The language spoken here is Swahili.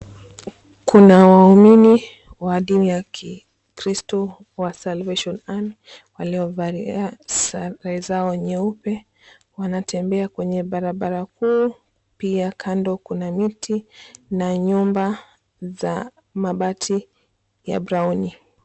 Kuna waumini wa dini ya kikristo wa Salvation Army waliyovalia sare zao nyeupe. Wanatembea kwenye barabara huu pia kando kuna miti na nyumba za mabati ya brauni.